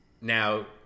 Now